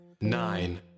nine